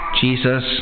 Jesus